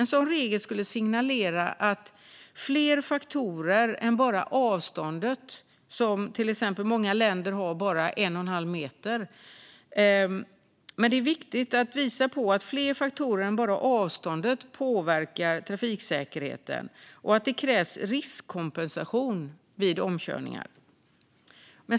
En sådan regel skulle signalera att det handlar om fler faktorer än bara avståndet - många länder har bara en och en halv meter. Det är viktigt att visa på att fler faktorer än bara avståndet påverkar trafiksäkerheten och att det krävs riskkompensation vid omkörningar.